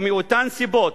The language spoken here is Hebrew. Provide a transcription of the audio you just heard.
ומאותן סיבות,